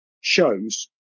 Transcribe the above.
shows